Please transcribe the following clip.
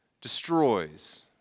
destroys